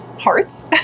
hearts